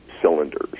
cylinders